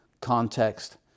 context